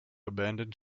abandoned